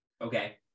Okay